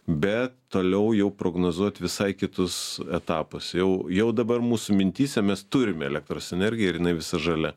bet toliau jau prognozuot visai kitus etapus jau jau dabar mūsų mintyse mes turime elektros energiją ir jinai visa žalia